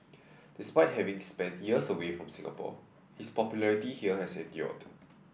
despite having spent years away from Singapore his popularity here has endured